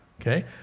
okay